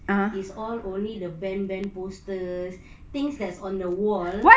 it's all only the band band posters things that's on the wall